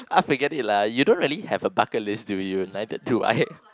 ah forget it lah you don't have a bucket list do neither do I